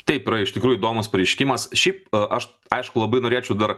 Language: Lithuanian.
taip yra iš tikrųjų įdomus pareiškimas šiaip aš aišku labai norėčiau dar